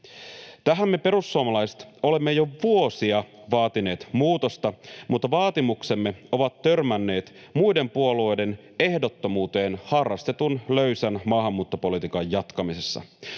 Tähän me perussuomalaiset olemme jo vuosia vaatineet muutosta, mutta vaatimuksemme ovat törmänneet muiden puolueiden ehdottomuuteen harrastetun löysän maahanmuuttopolitiikan jatkamisessa,